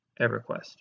EverQuest